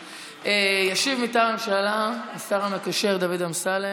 ישיב מטעם הממשלה השר המקשר דוד אמסלם.